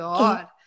God